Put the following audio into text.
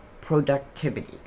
productivity